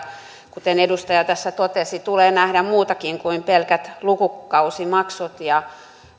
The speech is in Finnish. kuten edustaja tässä totesi tulee nähdä muutakin kuin pelkät lukukausimaksut